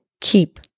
Keep